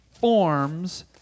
Forms